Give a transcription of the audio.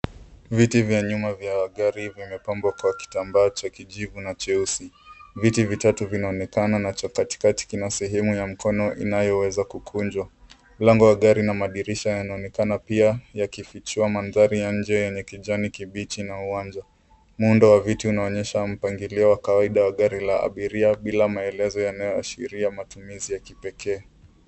Viti vya nyuma vya gari vimepambwa kwa kitambaa cha kijivu na cheusi. Viti vitatu vinaonekana na cha katikati kina sehemu ya mkono inayoweza kukunjwa. Mlango wa gari na madirisha yanaonekana pia, yakifichua mandhari ya nje yenye kijani kibichi na uwanja. Muundo wa viti unaonyesha mpangilio wa kawaida wa gari la abiria, bila maelezo yanayoashiria matumizi ya kipekee.